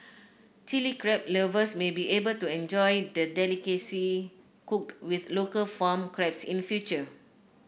Chilli Crab lovers may be able to enjoy the delicacy cooked with local farmed crabs in future